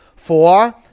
Four